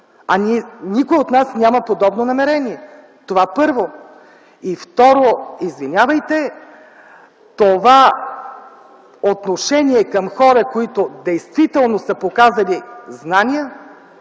А никой от нас няма подобно намерение. Това, първо. И, второ, извинявайте, но това отношение към хора, които действително са показали знания,